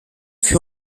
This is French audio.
fut